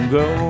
go